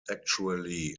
actually